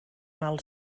mal